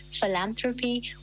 philanthropy